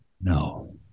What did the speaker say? No